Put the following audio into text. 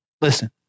Listen